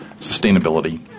sustainability